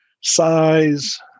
size